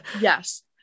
Yes